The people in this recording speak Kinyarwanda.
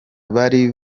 bari